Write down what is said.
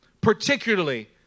Particularly